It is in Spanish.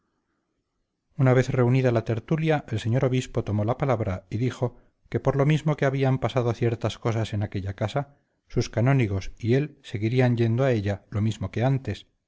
una vez reunida la tertulia el señor obispo tomó la palabra y dijo que por lo mismo que habían pasado ciertas cosas en aquella casa sus canónigos y él seguirían yendo a ella lo mismo que antes